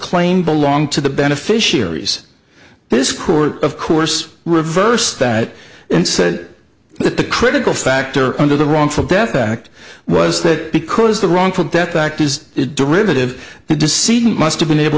claim belong to the beneficiaries this court of course reverse that and said that the critical factor under the wrongful death act was that because the wrongful death act is derivative and the cd must have been able